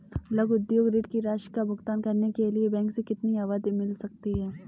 लघु उद्योग ऋण की राशि का भुगतान करने के लिए बैंक से कितनी अवधि मिल सकती है?